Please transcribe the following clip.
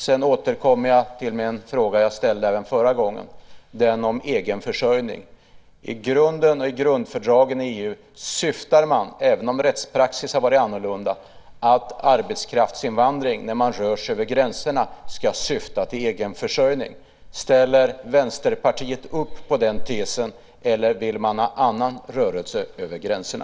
Sedan återkommer jag till min fråga som jag ställde förra gången, den om egen försörjning. I grunden och i grundfördragen i EU ska, även om rättspraxis har varit annorlunda, arbetskraftsinvandring, när man rör sig över gränserna, syfta till egen försörjning. Ställer Vänsterpartiet upp på den tesen, eller vill man ha annan rörelse över gränserna?